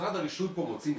משרד הרישוי פה מוציא מסמך,